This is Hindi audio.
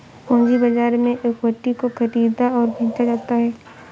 पूंजी बाजार में इक्विटी को ख़रीदा और बेचा जाता है